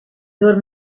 door